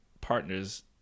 partner's